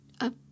up